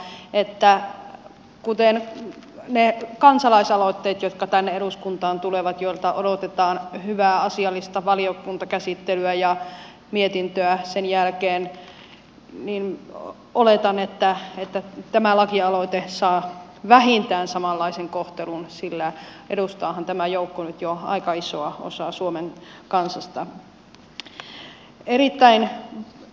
toivon todella kuten niiden kansalaisaloitteiden kohdalla jotka tänne eduskuntaan tulevat joilta odotetaan hyvää asiallista valiokuntakäsittelyä ja mietintöä sen jälkeen ja oletan että tämä lakialoite saa vähintään samanlaisen kohtelun sillä edustaahan tämä joukko nyt jo aika isoa osaa suomen kansasta